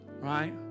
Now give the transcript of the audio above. Right